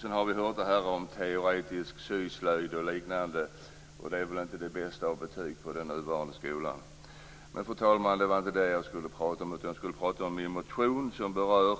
Sedan har vi hört detta om teoretisk syslöjd och liknande. Det är väl inte det bästa av betyg för den nuvarande skolan. Men, fru talman, det var inte detta jag skulle tala om, utan jag skall tala om min motion som berör